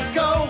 go